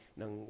ng